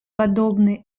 подобный